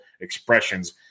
expressions